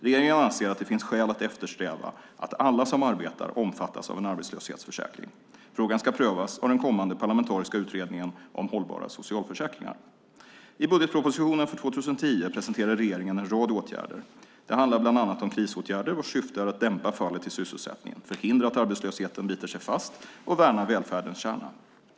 Regeringen anser att det finns skäl att eftersträva att alla som arbetar omfattas av en arbetslöshetsförsäkring. Frågan ska prövas av den kommande parlamentariska utredningen om hållbara socialförsäkringar. I budgetpropositionen för 2010 presenterar regeringen en rad åtgärder. Det handlar bland annat om krisåtgärder vilkas syfte är att dämpa fallet i sysselsättningen, förhindra att arbetslösheten biter sig fast och värna välfärdens kärna.